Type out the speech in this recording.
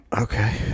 okay